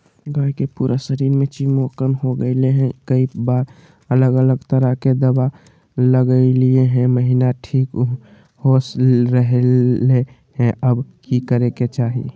गाय के पूरा शरीर में चिमोकन हो गेलै है, कई बार अलग अलग तरह के दवा ल्गैलिए है महिना ठीक हो रहले है, अब की करे के चाही?